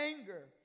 anger